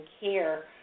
care